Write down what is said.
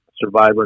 Survivor